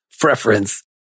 preference